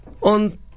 on